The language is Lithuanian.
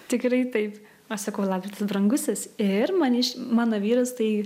tikrai taip aš sakau labas brangusis ir man iš mano vyras tai